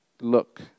look